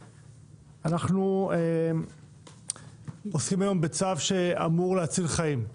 אנחנו עוסקים היום בצו שאמור להציל חיים.